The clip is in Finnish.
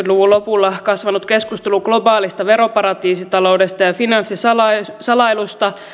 luvun lopulla kasvanut keskustelu globaalista veroparatiisitaloudesta ja ja finanssisalailusta